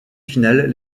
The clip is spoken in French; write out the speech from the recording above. finales